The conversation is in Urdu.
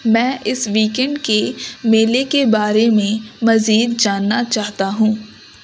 میں اس ویک اینڈ کے میلے کے بارے میں مزید جاننا چاہتا ہوں